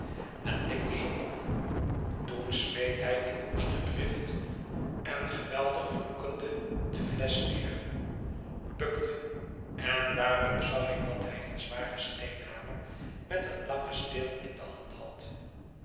en likte ze op toensmeethijinwoeste drift en geweldig vloekende de flesch neer bukte en daarop zag ik dat hij een zwaren steenhamer met een langen steel in de hand had